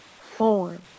form